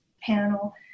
panel